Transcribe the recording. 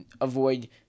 avoid